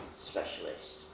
specialist